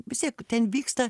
vis tiek ten vyksta